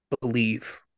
believe